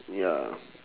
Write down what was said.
ya